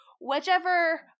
Whichever